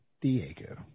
Diego